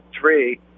three